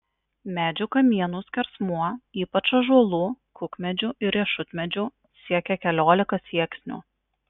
medžių kamienų skersmuo ypač ąžuolų kukmedžių ir riešutmedžių siekė keliolika sieksnių